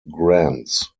grants